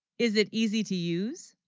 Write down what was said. is it easy to use